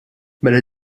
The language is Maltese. mela